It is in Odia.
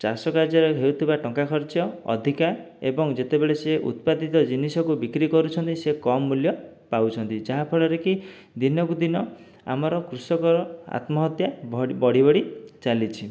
ଚାଷକାର୍ଯ୍ୟରେ ହେଉଥିବା ଟଙ୍କାଖର୍ଚ୍ଚ ଅଧିକା ଏବଂ ଯେତେବେଳେ ସିଏ ଉତ୍ପାଦିତ ଜିନିଷକୁ ବିକ୍ରି କରୁଛନ୍ତି ସେ କମ ମୂଲ୍ୟ ପାଉଛନ୍ତି ଯାହାଫଳରେ କି ଦିନକୁ ଦିନ ଆମର କୃଷକ ଆତ୍ମହତ୍ୟା ବହୁତ ବଢ଼ି ବଢ଼ି ଚାଲିଛି